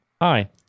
Hi